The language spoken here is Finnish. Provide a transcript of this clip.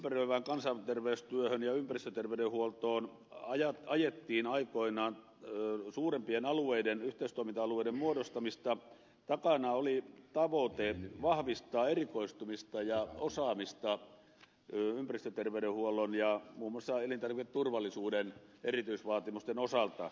kun kansanterveystyöhön ja ympäristöterveydenhuoltoon ajettiin aikoinaan suurempien yhteistoiminta alueiden muodostamista takana oli tavoite vahvistaa erikoistumista ja osaamista ympäristöterveydenhuollon ja muun muassa elintarviketurvallisuuden erityisvaatimusten osalta